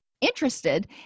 interested